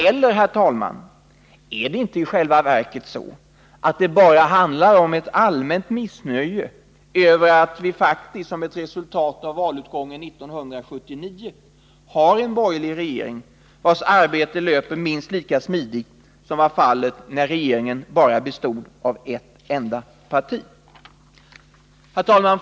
Är det, herr talman, i själva verket inte så, att det bara rör sig om ett allmänt missnöje över att vi som ett resultat av valutgången 1979 har en borgerlig regering, vars arbete löper minst lika smidigt som när regeringen bestod av ett enda parti? Herr talman!